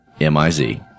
M-I-Z